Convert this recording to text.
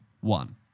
one